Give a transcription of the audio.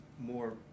more